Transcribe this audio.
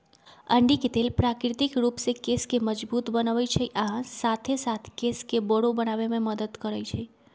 अंडी के तेल प्राकृतिक रूप से केश के मजबूत बनबई छई आ साथे साथ केश के बरो बनावे में मदद करई छई